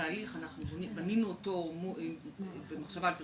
התהליך בנינו אותו במחשבה על פרסונה,